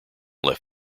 left